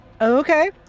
Okay